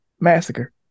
massacre